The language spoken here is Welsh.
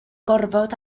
gorfod